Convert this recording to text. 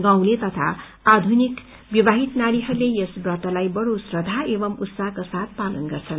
गाँउले तथा आधुनिक सबै विवाहित नारीहरूले यस व्रतलाई बड़ो श्रद्वां एवं उत्साहका साथ पालन गर्छन्